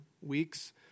weeks